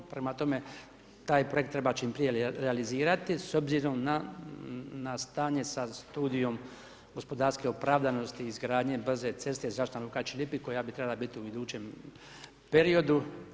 Prema tome, taj projekt treba čim prije realizirati s obzirom na stanje sa studijom gospodarske opravdanosti izgradnje brze ceste Zračna luka Čilipi koja bi trebala biti u idućem periodu.